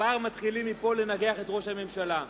כבר מתחילים מפה לנגח את ראש הממשלה.